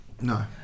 no